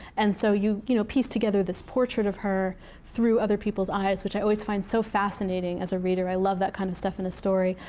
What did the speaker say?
and so you you know piece together this portrait of her through other people's eyes, which i always find so fascinating, as a reader. i love that kind of stuff in the story.